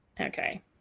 Okay